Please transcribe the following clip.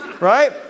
right